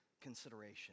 consideration